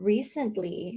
Recently